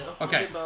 Okay